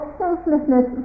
selflessness